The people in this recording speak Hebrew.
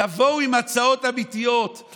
תבואו עם הצעות אמיתיות,